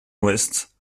ouest